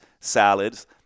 salads